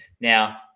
Now